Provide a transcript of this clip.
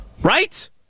Right